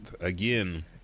Again